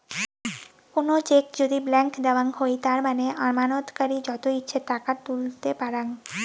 কুনো চেক যদি ব্ল্যান্ক দেওয়াঙ হই তার মানে আমানতকারী যত ইচ্ছে টাকা তুলতে পারাং